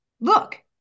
look